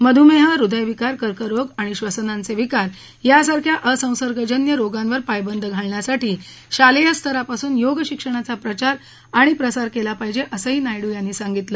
मधुमेह हृदयविकार कर्करोग आणि श्वसनाचे विकार यांसारख्या असंसर्गजन्य रोगांवर पायबंद घालण्यासाठी शालेयस्तरापासूनच योग शिक्षणाचा प्रचार आणि प्रसार केला पाहिजे असही नायडू यांनी सांगितलं